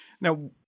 Now